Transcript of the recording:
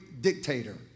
dictator